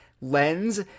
lens